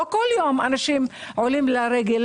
לא כל יום אנשים עולים לרגל.